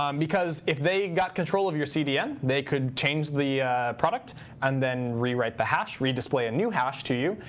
um because if they got control of your cdn, they could change the product and then rewrite the hash, redisplay a new hash to you,